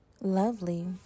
lovely